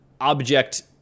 object